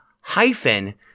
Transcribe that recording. hyphen